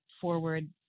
forward